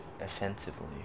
offensively